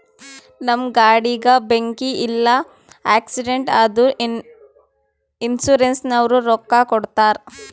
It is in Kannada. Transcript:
ನಮ್ ಗಾಡಿಗ ಬೆಂಕಿ ಇಲ್ಲ ಆಕ್ಸಿಡೆಂಟ್ ಆದುರ ಇನ್ಸೂರೆನ್ಸನವ್ರು ರೊಕ್ಕಾ ಕೊಡ್ತಾರ್